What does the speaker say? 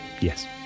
Yes